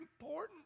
important